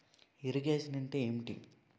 Irrigation అంటే ఏంటీ?